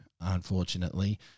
unfortunately